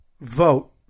vote